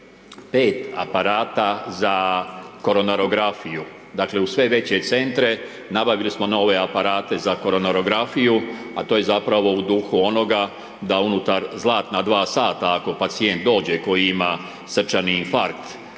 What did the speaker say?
je 5 aparata za koronarografiju, dakle u sve veće centre nabavili smo nove aparate za koronarografiju, a to je zapravo u duhu onoga da unutar zlatna dva sata ako pacijent dođe koji ima srčani infarkt,